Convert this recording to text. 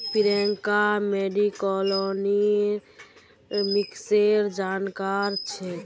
प्रियंका मैक्रोइकॉनॉमिक्सेर जानकार छेक्